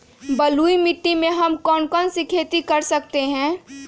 बलुई मिट्टी में हम कौन कौन सी खेती कर सकते हैँ?